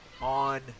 on